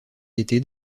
d’été